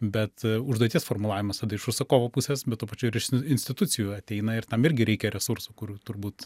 bet užduoties formulavimas tada iš užsakovo pusės bet tuo pačiu ir iš institucijų ateina ir tam irgi reikia resursų kur turbūt